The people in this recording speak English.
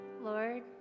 lord